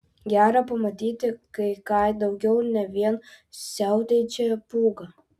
gera pamatyti kai ką daugiau ne vien siautėjančią pūgą